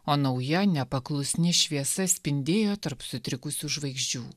o nauja nepaklusni šviesa spindėjo tarp sutrikusių žvaigždžių